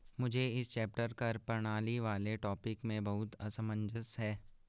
मुझे इस चैप्टर कर प्रणाली वाले टॉपिक में बहुत असमंजस है